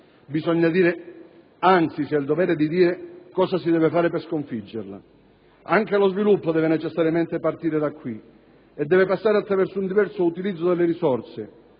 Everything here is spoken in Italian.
bisogna dire, anzi, si ha il dovere di dire cosa si deve fare per sconfiggerla. Anche lo sviluppo deve necessariamente partire da qui e deve passare attraverso un diverso utilizzo delle risorse: